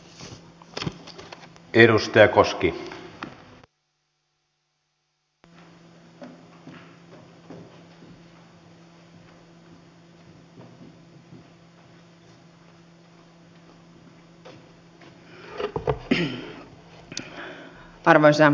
arvoisa herra puhemies